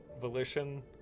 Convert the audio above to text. volition